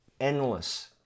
endless